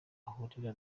ahurira